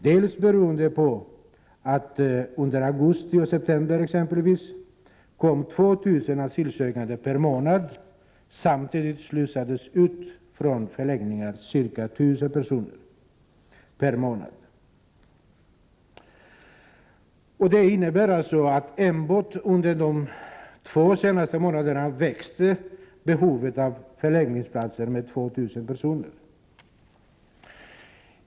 Det beror delvis på att det under augusti och september kom 2 000 asylsökande per månad, samtidigt som 1 000 personer per månad slussades ut från förläggningarna. Det innebär således att enbart under de två senaste månaderna växte behovet av förläggningsplatser med 2 000.